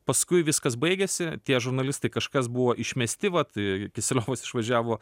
paskui viskas baigėsi tie žurnalistai kažkas buvo išmesti vat kiseliovas išvažiavo